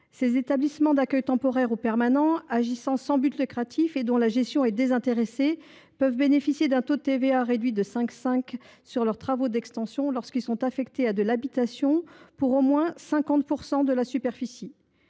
Ces établissements d’accueil temporaire ou permanent agissant sans but lucratif et dont la gestion est désintéressée peuvent bénéficier d’un taux de TVA réduit de 5,5 % sur leurs travaux d’extension dès lors que ceux ci sont affectés à de l’habitation pour au moins 50 % de la superficie.